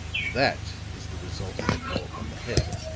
that is the result of the blow upon the head,